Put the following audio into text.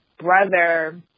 brother